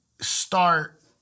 start